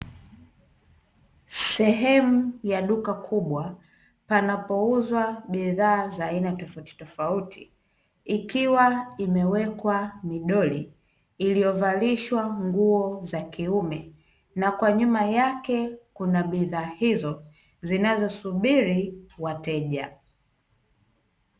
Sehemu ya duka kubwa panapouzwa bidhaa za aina tofautitofauti, ikiwa imewekwa midoli iliyovalishwa nguo za kiume na kwa nyuma yake kunabidhaa hizo zinazosubiri wateja.